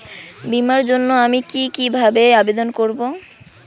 বিমার জন্য আমি কি কিভাবে আবেদন করব?